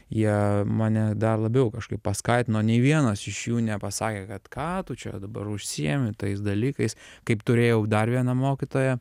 jie mane dar labiau kažkaip paskatino nei vienas iš jų nepasakė kad ką tu čia dabar užsiimi tais dalykais kaip turėjau dar vieną mokytoją